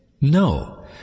no